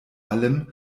allem